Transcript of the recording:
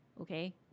okay